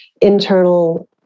internal